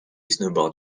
snowboard